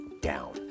down